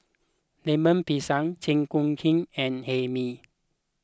Lemper Pisang Chi Kak Kuih and Hae Mee